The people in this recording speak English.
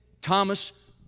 Thomas